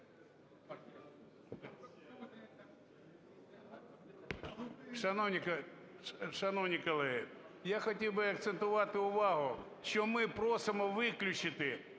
шановні колеги, я хотів би акцентувати увагу, що ми просимо виключити,